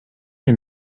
est